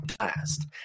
last